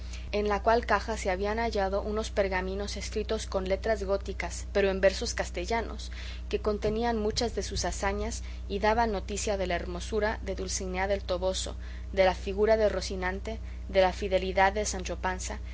en la cual caja se habían hallado unos pergaminos escritos con letras góticas pero en versos castellanos que contenían muchas de sus hazañas y daban noticia de la hermosura de dulcinea del toboso de la figura de rocinante de la fidelidad de sancho panza